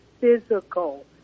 physical